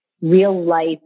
real-life